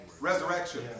resurrection